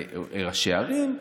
לראשי ערים,